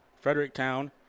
Fredericktown